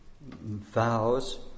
vows